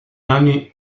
anni